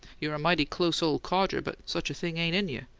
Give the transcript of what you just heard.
you're a mighty close ole codger, but such a thing ain't in you.